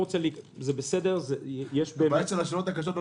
זה בסדר -- לבעיות של השאלות הקשות לא